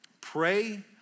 Pray